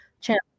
channel